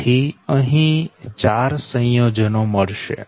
તેથી અહી 4 સંયોજનો મળશે